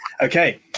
Okay